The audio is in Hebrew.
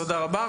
תודה רבה,